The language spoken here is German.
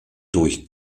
durch